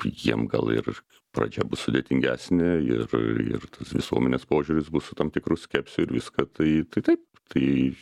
jiem gal ir pradžia bus sudėtingesnė ir ir tas visuomenės požiūris bus su tam tikru skepsiu ir viską tai tai taip tai